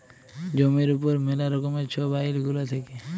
জমির উপর ম্যালা রকমের ছব আইল গুলা থ্যাকে